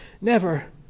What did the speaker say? Never